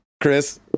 Chris